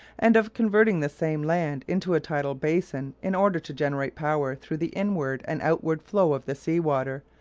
and of converting the same land into a tidal basin in order to generate power through the inward and outward flow of the sea-water,